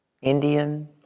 Indian